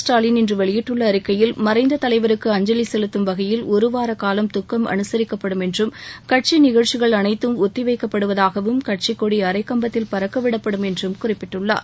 ஸ்டாலின் இன்று வெளியிட்டுள்ள அறிக்கையில் மறைந்த தலைவருக்கு அஞ்சலி செலுத்தும் வகையில் ஒருவார காலம் துக்கம் அனுசிக்கப்படும் என்றும் கட்சி நிகழ்ச்சிகள் அனைத்தும் ஒத்தி வைக்கப்படுவதாகவும் கட்சிக்கொடி அரைக்கம்பத்தில் பறக்க விடப்படும் என்றும் குறிப்பிட்டுள்ளார்